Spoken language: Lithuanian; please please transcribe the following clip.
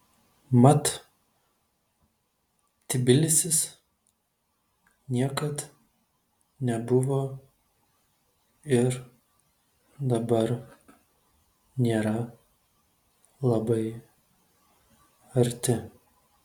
mat tbilisis niekad nebuvo ir dabar nėra labai arti